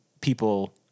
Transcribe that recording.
people